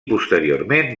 posteriorment